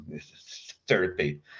therapy